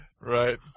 Right